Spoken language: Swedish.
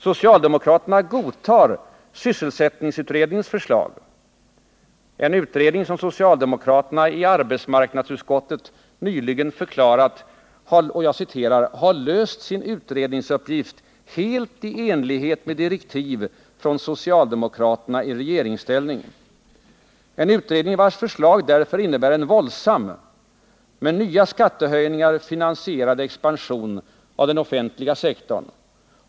Socialdemokraterna godtar sysselsättningsutredningens förslag, en utredning som socialdemokraterna i arbetsmarknadsutskottet nyligen förklarat har ”löst sin utredningsuppgift helt i enlighet med direktiv från socialdemokraterna i regeringsställning” och vars förslag innebär en våldsam, med nya skattehöjningar finansierad, expansion av den offentliga sektorn.